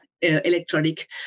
electronic